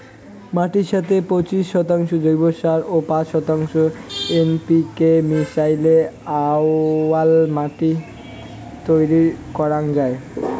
মাটির সথে পঁচিশ শতাংশ জৈব সার ও পাঁচ শতাংশ এন.পি.কে মিশাইলে আউয়াল মাটি তৈয়ার করাং যাই